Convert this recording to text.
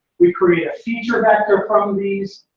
we create a feature vector from these.